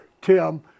Tim